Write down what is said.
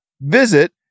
Visit